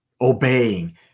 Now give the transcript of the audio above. obeying